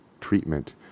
treatment